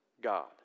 God